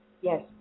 Yes